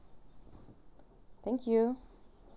thank you